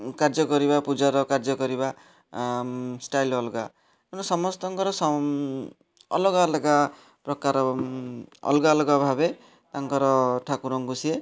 କାର୍ଯ୍ୟକରିବା ପୂଜାର କାର୍ଯ୍ୟକରିବା ଷ୍ଟାଇଲ୍ ଅଲଗା ସମସ୍ତଙ୍କର ସମ୍ ଅଲଗା ଅଲଗା ପ୍ରକାର ଅଲଗା ଅଲଗା ଭାବେ ତାଙ୍କର ଠାକୁରଙ୍କୁ ସିଏ